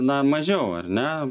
na mažiau ar ne